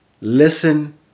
listen